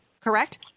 Correct